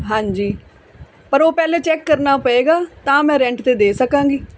ਹਾਂਜੀ ਪਰ ਉਹ ਪਹਿਲੇ ਚੈਕ ਕਰਨਾ ਪਏਗਾ ਤਾਂ ਮੈਂ ਰੈਂਟ 'ਤੇ ਦੇ ਸਕਾਂਗੀ